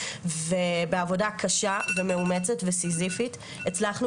ובעבודה קשה ומאומצת וסיזיפית הצלחנו